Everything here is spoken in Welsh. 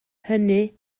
hynny